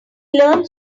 learned